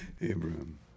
Abraham